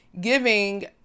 giving